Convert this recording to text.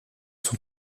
sont